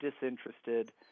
disinterested